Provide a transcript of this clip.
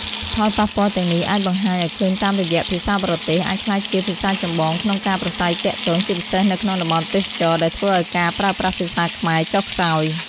ផលប៉ះពាល់ទាំងនេះអាចបង្ហាញឲ្យឃើញតាមរយៈ ភាសាបរទេស អាចក្លាយជាភាសាចម្បងក្នុងការប្រាស្រ័យទាក់ទង ជាពិសេសនៅក្នុងតំបន់ទេសចរណ៍ ដែលធ្វើឲ្យការប្រើប្រាស់ភាសាខ្មែរចុះខ្សោយ។